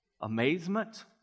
amazement